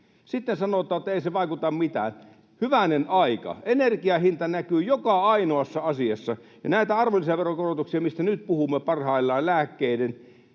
Sitten sanotaan, että ei se vaikuta mitään. Hyvänen aika! Energian hinta näkyy joka ainoassa asiassa. Ja näiden arvonlisäveron korotusten myötä, mistä nyt puhumme parhaillaan — lääkkeiden